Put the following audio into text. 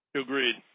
Agreed